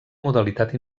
modalitat